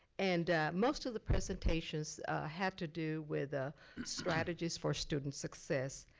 and most of the presentations had to do with ah strategies for student success.